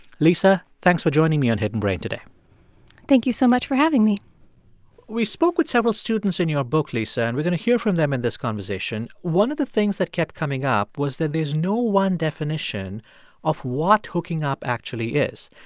lisa, thanks for joining me on hidden brain today thank you so much for having me we spoke with several students in your book, lisa, and we're going to hear from them in this conversation. one of the things that kept coming up was that there's no one definition of what hooking up actually is.